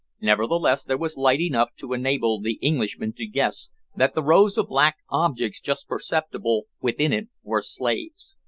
nevertheless there was light enough to enable the englishmen to guess that the rows of black objects just perceptible within it were slaves.